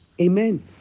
Amen